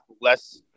less